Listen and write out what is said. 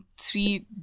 three